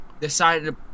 Decided